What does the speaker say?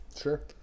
Sure